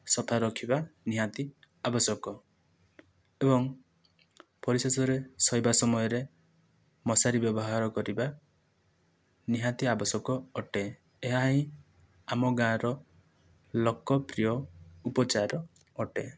ସଫା ରଖିବା ନିହାତି ଆବଶ୍ୟକ ଏବଂ ପରିଶେଷରେ ଶୋଇବା ସମୟରେ ମଶାରୀ ବ୍ୟବହାର କରିବା ନିହାତି ଆବଶ୍ୟକ ଅଟେ ଏହା ହିଁ ଆମ ଗାଁର ଲୋକପ୍ରିୟ ଉପଚାର ଅଟେ